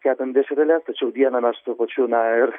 kepėm dešreles tačiau vieną mes tuo pačiu na ir